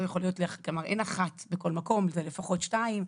כלומר, אין אחת בכל מקום, זה לפחות שתיים.